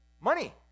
money